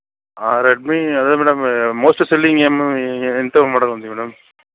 Redmi అదే madam ఆ most selling ఎంత ఉంది మేడం